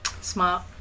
Smart